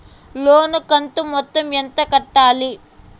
లోను కంతు మొత్తం ఎంత కట్టాలి?